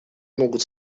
могут